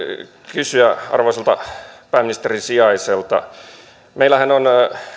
kysyä arvoisalta pääministerin sijaiselta meillähän on